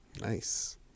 Nice